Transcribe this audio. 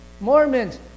Mormons